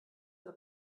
der